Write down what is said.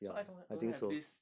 so 爱同 ha~ don't have this